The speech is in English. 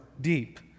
deep